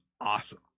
awesome